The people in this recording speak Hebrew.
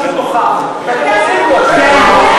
חבר הכנסת עושה משהו מגוחך ואתם עוזרים לו.